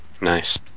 Nice